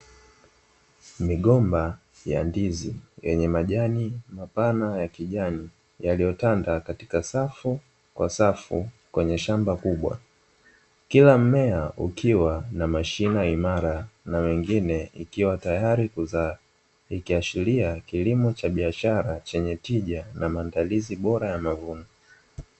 Migomba ya ndizi yenye majani mapana ya kijani, yaliyotanda katika safu kwa safu kwenye shamba kubwa. Kila mmea ukiwa na mashina imara na mingine ikiwa tayari kuzaa, ikiashiria kilimo cha biashara chenye tija na maandalizi bora ya mavuno.